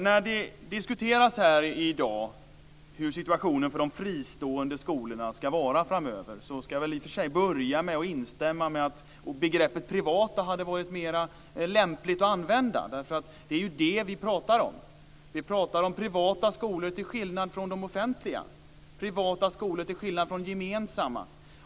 När det här i dag diskuteras hur situationen för de fristående skolorna ska vara framöver ska jag väl i och för sig börja med att instämma i att begreppet privata skolor hade varit mer lämpligt att använda. Det är ju det vi pratar om. Vi pratar om privata skolor till skillnad från de offentliga, privata skolor till skillnad från de gemensamma.